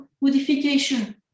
modification